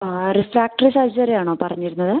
ആ refractive surgery ആണോ പറഞ്ഞിരുന്നത്